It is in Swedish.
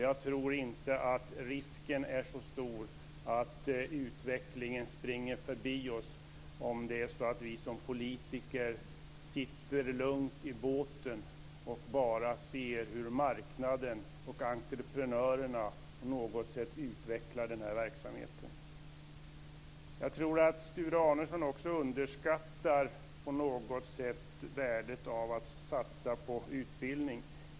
Jag tror inte att risken är så stor att utvecklingen springer förbi oss om det är så att vi som politiker sitter lugnt i båten och bara ser hur marknaden och entreprenörerna på något sätt utvecklar verksamheten. Jag tror att Sture Arnesson också på något sätt underskattar värdet av att satsa på utbildning.